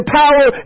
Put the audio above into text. power